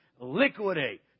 liquidate